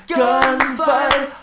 gunfight